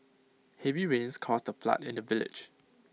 heavy rains caused A flood in the village